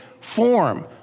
form